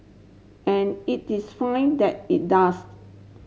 and it is fine that it does